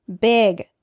big